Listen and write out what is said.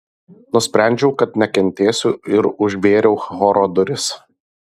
nusprendžiau kad nekentėsiu ir užvėriau choro duris